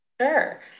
Sure